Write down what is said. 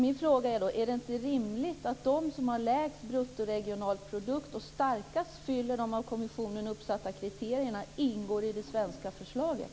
Min fråga är då: Är det inte rimligt att de som har lägst bruttoregionalprodukt och starkast fyller de av kommissionen uppsatta kriterierna ingår i det svenska förslaget?